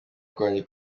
kwanjye